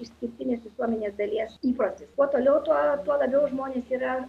išskirtinės visuomenės dalies įprotis kuo toliau tuo tuo labiau žmonės yra